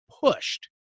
pushed